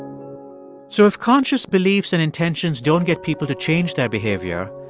so if conscious beliefs and intentions don't get people to change their behavior,